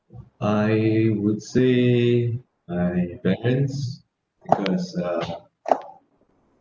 I would say my parents because uh